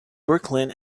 brooklyn